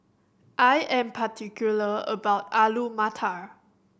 I am particular about Alu Matar